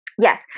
Yes